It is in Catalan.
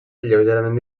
lleugerament